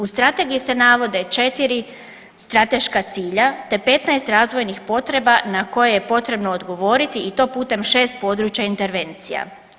U strategiji se navode 4 strateška cilja, te 15 razvojnih potreba na koje je potrebno odgovoriti i to putem 6 područja intervencija.